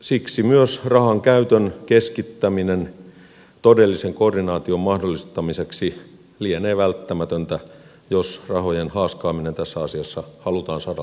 siksi myös rahankäytön keskittäminen todellisen koordinaation mahdollistamiseksi lienee välttämätöntä jos rahojen haaskaaminen tässä asiassa halutaan saada loppumaan